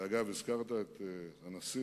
אגב, הזכרת את הנשיא,